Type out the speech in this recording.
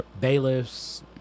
bailiffs